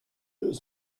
deux